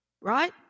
right